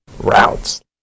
Routes